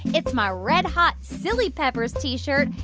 it's my red hot silly peppers t-shirt,